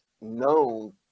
known